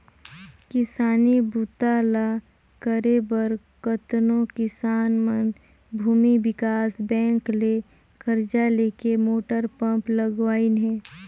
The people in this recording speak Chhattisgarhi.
किसानी बूता ल करे बर कतनो किसान मन भूमि विकास बैंक ले करजा लेके मोटर पंप लगवाइन हें